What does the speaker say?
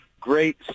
great